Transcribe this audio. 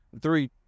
Three